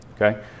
Okay